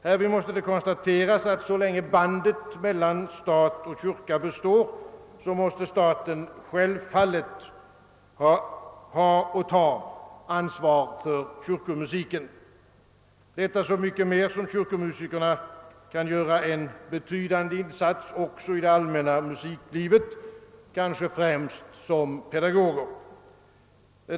Härvid kan konstateras att så länge bandet kyrka—stat består måste staten självfallet ha och ta ansvar för kyrkomusiken, detta så mycket mer som kyrkomusikerna kan göra en betydande insats också i det allmänna musiklivet, kanske främst som pedagoger.